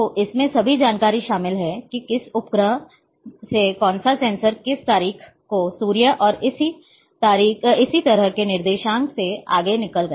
तो इसमें सभी जानकारी शामिल है कि किस उपग्रह से कौन सा सेंसर किस तारीख को सूर्य और इसी तरह के निर्देशांक से आगे निकल गया